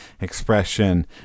expression